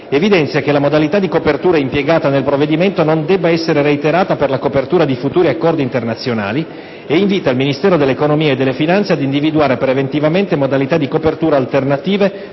evidenzia che la modalità di copertura impiegata nel provvedimento non debba essere reiterata per la copertura di futuri accordi internazionali ed invita il Ministero dell'economia e delle finanze ad individuare preventivamente modalità di copertura alternative